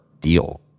Deal